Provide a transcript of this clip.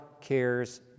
cares